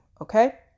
Okay